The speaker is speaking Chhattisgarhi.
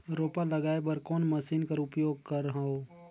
रोपा लगाय बर कोन मशीन कर उपयोग करव?